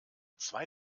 zwei